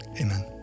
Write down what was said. amen